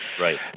Right